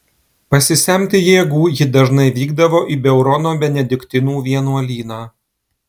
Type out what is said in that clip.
pasisemti jėgų ji dažnai vykdavo į beurono benediktinų vienuolyną